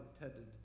intended